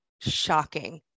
shocking